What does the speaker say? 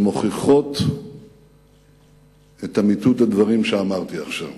שמוכיחים את אמיתות הדברים שאמרתי עכשיו,